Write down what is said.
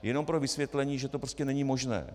Jenom pro vysvětlení, že to prostě není možné.